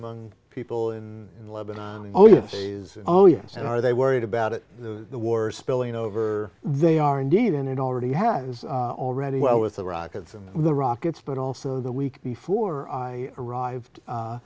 among people in lebanon oh yes oh yes and are they worried about it the war spilling over they are indeed and it already had already well with the rockets and the rockets but also the week before i arrived